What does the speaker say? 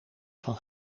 van